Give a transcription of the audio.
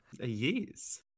Yes